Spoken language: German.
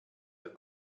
der